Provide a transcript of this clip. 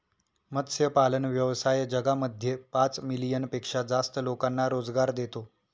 मत्स्यपालन व्यवसाय जगामध्ये पाच मिलियन पेक्षा जास्त लोकांना रोजगार देतो